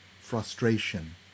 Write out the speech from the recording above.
frustration